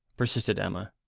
persisted emma,